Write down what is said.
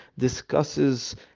discusses